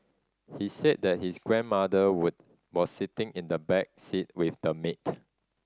he said that his grandmother was was sitting in the back seat with the maid